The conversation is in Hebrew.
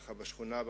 ככה בשכונה,